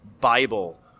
Bible